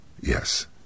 Yes